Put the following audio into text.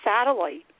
satellite